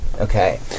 Okay